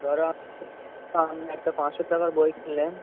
ধরুন আপনি একটা পাঁচশো টাকার বই কিনলেন